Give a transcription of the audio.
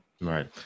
Right